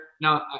Now